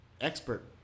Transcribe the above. expert